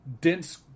dense